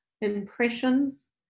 impressions